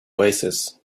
oasis